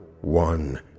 one